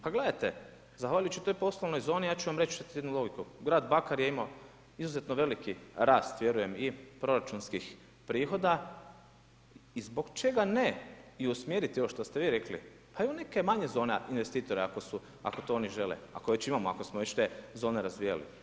Pa gledajte, zahvaljujući toj poslovnoj zoni, ja ću vam reći jednu logiku, grad Bakar je imao izuzetno veliki rast vjerujem i proračunskih prihoda i zbog čega ne, i usmjeriti ovo što ste vi rekli, pa i u neke manje zone investitora ako to oni žele, ako već imamo, ako smo već te zone razvijali.